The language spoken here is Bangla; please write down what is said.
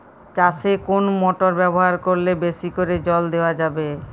চাষে কোন মোটর ব্যবহার করলে বেশী করে জল দেওয়া যাবে?